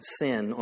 sin